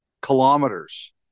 Kilometers